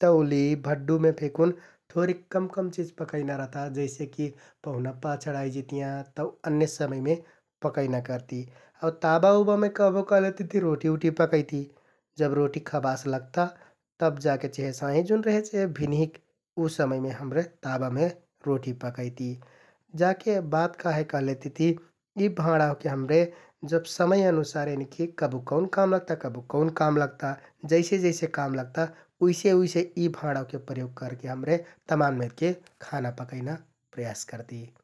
तौलि, भड्डुमे फेकुन थोरिक कम कम चिज पकैना रहता । जैसेकि पहुना पाछर आइजितियाँ तौ अन्य समयमे पकैना करति आउ ताबा उबामे कहबो कहलेतिति रोटि उटि पकैति । जब रोटि खबास लगता तब जाके चेहे साँहिजुन रेहे चहे भिन्हिंक उ समयमे हमरे ताबामे रोटि पकैति । जाके बात का है कहलेतिति यि भाँडा ओहके हमरे जब समय अनुसार एनिकि कबु कौन काम लगता, कबु कौन काम लगता । जैसे जैसे काम लगता उइसे उइसे यि भाँडा ओहके प्रयोग करके हमरे तमाम मेरके खाना पकैना प्रयास करति ।